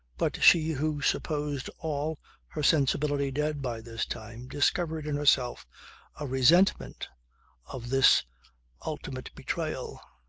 but she who supposed all her sensibility dead by this time, discovered in herself a resentment of this ultimate betrayal.